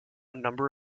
number